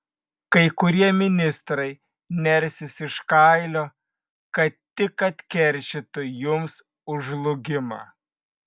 kai kurie ministrai nersis iš kailio kad tik atkeršytų jums už žlugimą